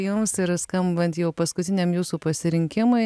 jums ir skambant jau paskutiniam jūsų pasirinkimai